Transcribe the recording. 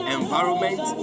environment